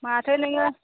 माथो नोङो